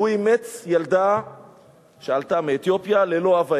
והוא אימץ ילדה שעלתה מאתיופיה ללא אב ואם,